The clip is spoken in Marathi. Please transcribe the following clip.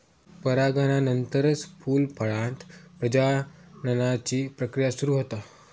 परागनानंतरच फूल, फळांत प्रजननाची प्रक्रिया सुरू होता